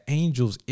angels